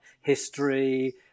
history